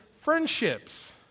friendships